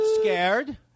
scared